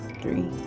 three